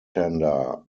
hander